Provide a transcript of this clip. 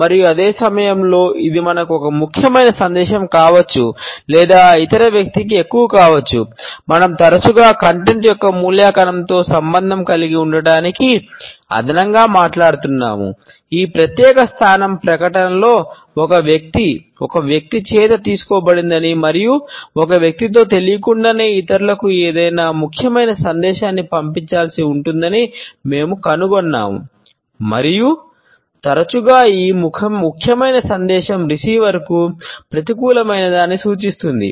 మనం కంటెంట్ను ప్రతికూలమైనదాన్ని సూచిస్తుంది